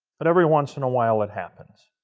but every once-in a-while it happens.